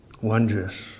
Wondrous